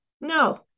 No